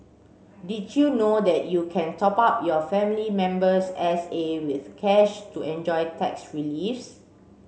did you know that you can top up your family member's S A with cash to enjoy tax reliefs